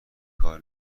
کار